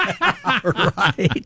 Right